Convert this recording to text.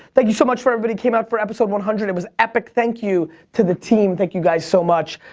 thank you so much for everybody who came out for episode one hundred. it was epic. thank you to the team. thank you guys so much.